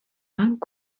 banc